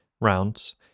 rounds